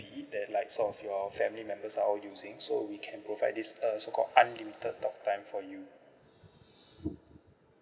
fee that like sort of your family members are all using so we can provide this uh so called unlimited talk time for you